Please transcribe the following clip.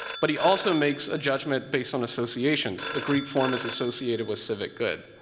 but he also makes a judgment based on associations. the greek form is associated with civic good.